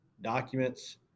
documents